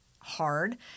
hard